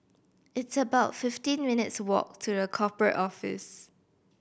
it's about fifteen minutes' walk to The Corporate Office